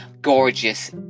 gorgeous